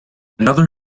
another